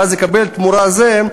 ואז הוא יקבל תמורת זה,